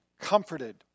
comforted